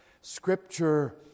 Scripture